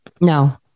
No